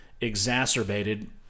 exacerbated